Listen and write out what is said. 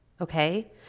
Okay